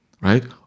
right